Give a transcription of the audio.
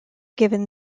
given